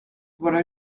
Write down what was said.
voilà